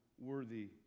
Worthy